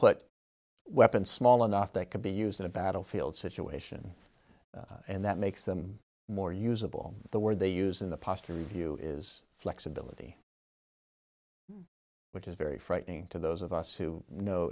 put weapons small enough that can be used in a battlefield situation and that makes them more usable the word they use in the posture review is flexibility which is very frightening to those of us who know